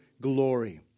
glory